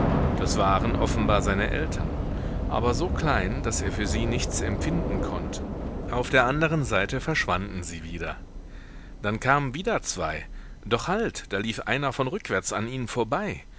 das waren offenbar seine eltern aber so klein daß er für sie nichts empfinden konnte auf der anderen seite verschwanden sie wieder dann kamen wieder zwei doch halt da lief einer von rückwärts an ihnen vorbei